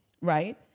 Right